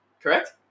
Correct